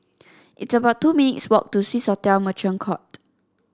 it's about two minutes' walk to Swissotel Merchant Court